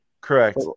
correct